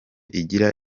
igira